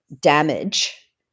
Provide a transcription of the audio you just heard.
damage